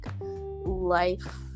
life